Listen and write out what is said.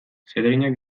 zereginak